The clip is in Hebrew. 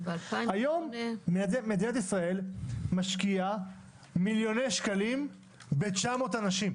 היום מדינת ישראל משקיעה מיליוני שקלים ב-900 אנשים